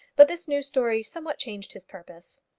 but this new story somewhat changed his purpose.